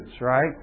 Right